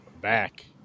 back